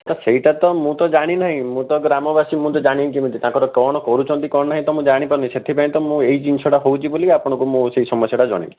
sir ସେଇଟା ତ ମୁଁ ତ ଜାଣିନାହିଁ ମୁଁ ତ ଗ୍ରାମବାସୀ ମୁଁ ତ ଜାଣିବି କେମିତି ତାଙ୍କର କ'ଣ କରୁଛନ୍ତି କ'ଣ ନାହିଁ ତ ମୁଁ ତ ଜାଣିପାରୁନାହିଁ ସେଥିପାଇଁ ତ ମୁଁ ଏଇ ଜିନିଷଟା ହେଉଛି ବୋଲି ଆପଣଙ୍କୁ ମୁଁ ସେଇ ସମସ୍ୟାଟା ଜଣାଇଲି